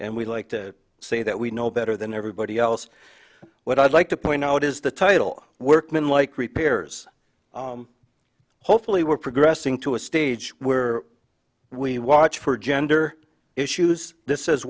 and we like to say that we know better than everybody else what i'd like to point out is the title workman like repairs hopefully we're progressing to a stage where we watch for gender issues th